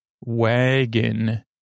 Wagon